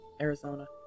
Arizona